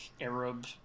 Arab